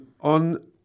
on